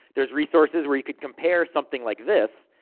there's resources where could compare something like this,